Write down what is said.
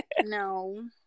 No